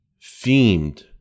themed